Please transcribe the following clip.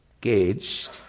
gauged